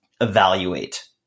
evaluate